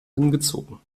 hingezogen